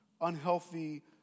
unhealthy